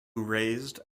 raised